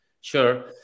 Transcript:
sure